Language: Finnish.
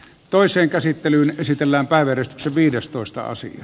toiseen käsittelyyn esitellään kaivertksi viides toista asti